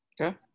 Okay